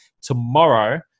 tomorrow